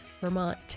Vermont